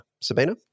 Sabina